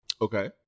Okay